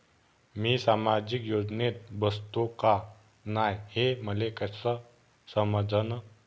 मी सामाजिक योजनेत बसतो का नाय, हे मले कस समजन?